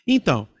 Então